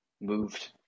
moved